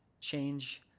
change